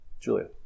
Julia